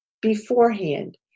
beforehand